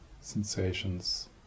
sensations